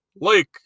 Lake